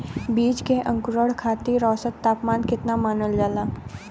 बीज के अंकुरण खातिर औसत तापमान केतना मानल जाला?